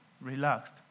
relaxed